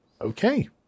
okay